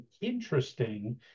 interesting